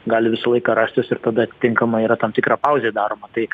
gali visą laiką rastis ir tada atitinkamai yra tam tikra pauzė daroma tai